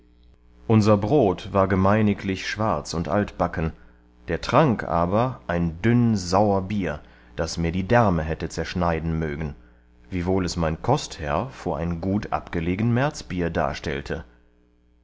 unser brod war gemeiniglich schwarz und altbacken der trank aber ein dünn saur bier das mir die därme hätte zerschneiden mögen wiewohl es mein kostherr vor ein gut abgelegen märzbier darstellte